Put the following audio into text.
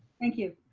thank you.